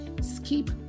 skip